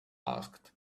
asked